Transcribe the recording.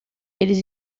eles